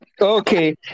Okay